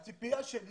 הציפייה שלי